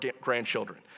grandchildren